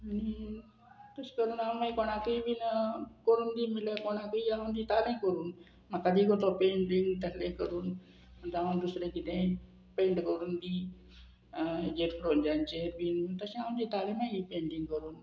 आनी तशें करून हांव मागीर कोणाकय बीन करून दी म्हटल्यार कोणाकय हांव दिताले करून म्हाका दिसता तो पेंटींग ताल्ले करून आनी हांव दुसरें किदें पेंट करून दी हेजेर फ्रोजांचेर बीन तशें हांव दितालें मागीर पेंटींग करून